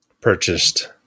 purchased